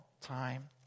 time